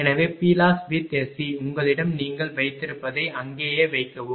எனவே PLosswith SC உங்களிடம் நீங்கள் வைத்திருப்பதை அங்கேயே வைக்கவும்